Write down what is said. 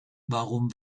warum